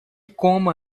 coma